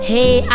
Hey